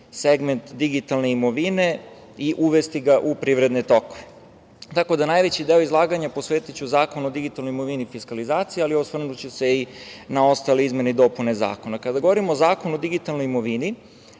segment digitalne imovine i uvesti ga u privredne tokove, tako da najveći deo izlaganja posvetiću Zakonu o digitalnoj imovini i fiskalizaciji, ali osvrnuću se i na ostale izmene i dopune zakona. Kada govorimo o Zakonu o digitalnoj imovini,